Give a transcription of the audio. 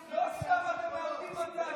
נאור, שאנחנו לא בדיוק שואלים אתכם,